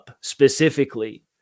specifically